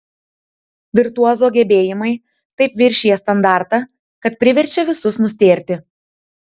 virtuozo gebėjimai taip viršija standartą kad priverčia visus nustėrti